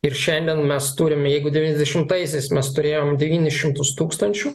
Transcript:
ir šiandien mes turime jeigu devyniasdešimtaisiais mes turėjom devynis šimtus tūkstančių